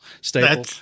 stable